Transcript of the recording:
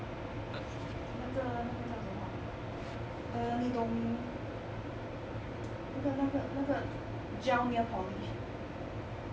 那个那个叫什么 err 你懂那个那个那个 gel nail polish